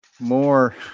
more